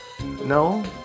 no